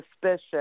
suspicious